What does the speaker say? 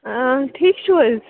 آ ٹھیٖک چھُو حظ